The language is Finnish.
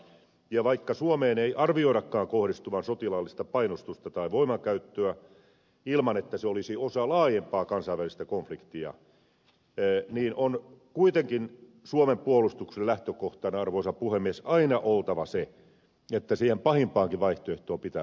ja vaikka suomeen ei arvioidakaan kohdistuvan sotilaallista painostusta tai voimankäyttöä ilman että se olisi osa laajempaa kansainvälistä konfliktia niin on kuitenkin suomen puolustuksen lähtökohdan arvoisa puhemies aina oltava se että siihen pahimpaankin vaihtoehtoon pitää varautua